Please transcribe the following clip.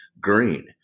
green